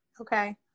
Okay